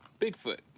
Bigfoot